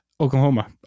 oklahoma